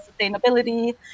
sustainability